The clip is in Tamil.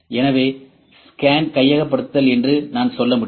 எனவே ஸ்கேன் கையகப்படுத்தல் என்று நான் சொல்ல முடியும்